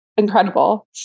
Incredible